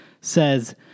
says